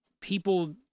people